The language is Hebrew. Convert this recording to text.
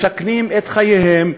מסכנים את חייהם,